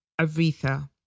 Aretha